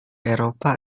eropa